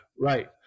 Right